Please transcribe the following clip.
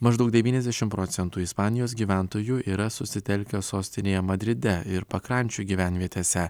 maždaug devyniasdešimt procentų ispanijos gyventojų yra susitelkę sostinėje madride ir pakrančių gyvenvietėse